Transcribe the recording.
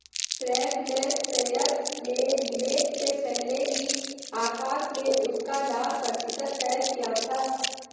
preference shares में निवेश से पहले ही आकाश ने उसका लाभ प्रतिशत तय किया था